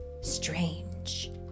strange